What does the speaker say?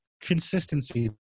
Consistency